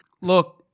Look